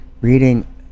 reading